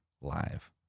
live